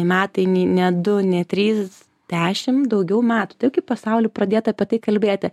metai ni ne du ne trys dešim daugiau metų taip kaip pasauly pradėta apie tai kalbėti